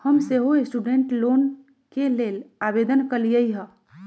हम सेहो student loan के लेल आवेदन कलियइ ह